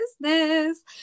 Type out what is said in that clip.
business